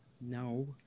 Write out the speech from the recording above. No